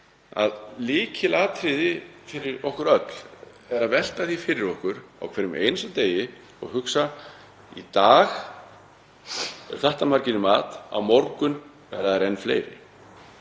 að lykilatriði fyrir okkur öll er að velta því fyrir okkur á hverjum einasta degi og hugsa: Í dag eru þetta margir í mat, á morgun verða þeir enn fleiri,